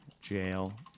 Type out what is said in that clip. jail